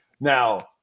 Now